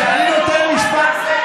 כשאני נותן משפט,